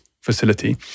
facility